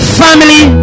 family